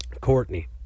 courtney